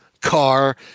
car